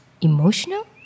emotional